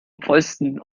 pfosten